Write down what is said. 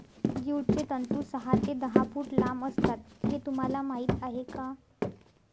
ज्यूटचे तंतू सहा ते दहा फूट लांब असतात हे तुम्हाला माहीत आहे का